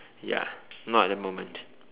ya not at the moment